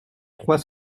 trois